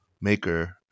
maker